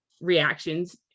reactions